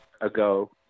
ago